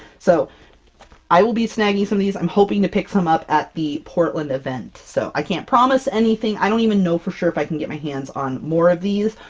so i will be snagging some these. i'm hoping to pick some up at the portland event, so i can't promise anything. i don't even know for sure if i can get my hands on more of these,